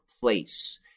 place